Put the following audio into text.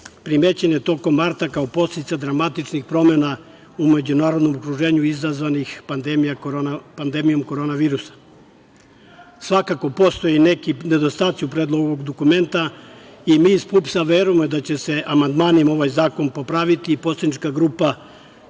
primećen je tokom marta kao posledica dramatičnih promena u međunarodnom okruženju, a sve izazvano pandemijom korona virusom. Svakako postoje neki nedostaci u Predlogu ovog dokumenta i mi iz PUPS-a verujemo da će se amandmanima ovaj zakon popraviti. Poslanička grupa